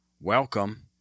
welcome